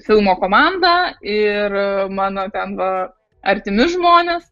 filmo komanda ir mano ten artimi žmonės